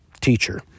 teacher